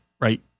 Right